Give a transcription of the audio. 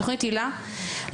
בתוכנית היל"ה,